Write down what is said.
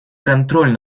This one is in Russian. контроль